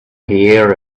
here